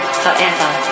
forever